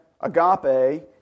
agape